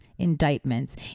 Indictments